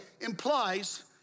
implies